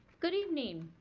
good evening.